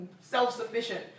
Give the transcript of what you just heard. self-sufficient